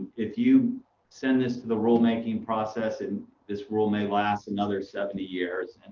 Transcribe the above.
if you send this to the rulemaking process and this rule may last another seventy years,